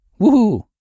Woohoo